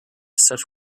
such